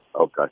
Okay